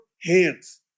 hands